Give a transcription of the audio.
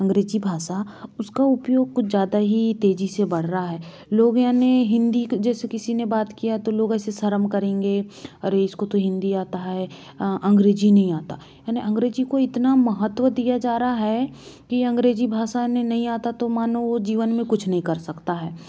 अंग्रेजी भाषा उसका उपयोग कुछ ज़्यादा ही तेज़ी से बढ़ रहा है लोग यानि हिंदी जैसे किसी ने बात किया तो लोग ऐसे शर्म करेंगे अरे इसको तो हिंदी आता है अंग्रेजी नहीं आता यानि अंग्रेजी को इतना महत्व दिया जा रहा है कि अंग्रेजी भाषा ने नहीं आता तो मानो वह जीवन में कुछ नहीं कर सकता है